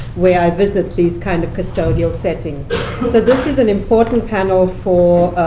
where i visit these kind of custodial settings. so this is an important panel for